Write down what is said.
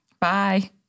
Bye